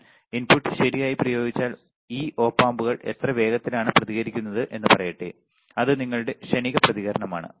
ഞാൻ ഇൻപുട്ട് ശരിയായി പ്രയോഗിച്ചാൽ ഈ ഒപ് ആമ്പുകൾ എത്ര വേഗത്തിലാണ് പ്രതികരിക്കുന്നത് എന്ന് പറയട്ടെ അത് നിങ്ങളുടെ ക്ഷണിക പ്രതികരണമാണ്